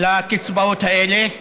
לקצבאות האלה.